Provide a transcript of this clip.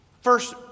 First